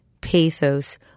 pathos